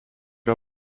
yra